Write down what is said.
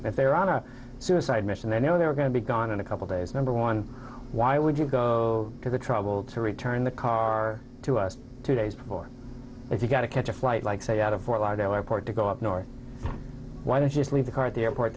if they were on a suicide mission they know they were going to be gone in a couple days number one why would you go to the trouble to return the car to us two days before if you got to catch a flight like say out of fort lauderdale airport to go up north why don't just leave the car at the airport